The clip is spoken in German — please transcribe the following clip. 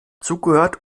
zugehört